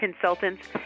consultants